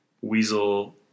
weasel